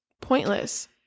pointless